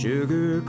Sugar